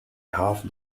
half